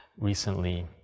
recently